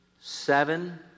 seven